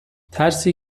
ترسی